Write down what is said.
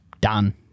done